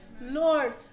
Lord